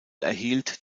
erhielt